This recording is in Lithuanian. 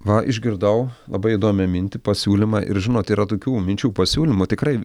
va išgirdau labai įdomią mintį pasiūlymą ir žinot yra tokių minčių pasiūlymų tikrai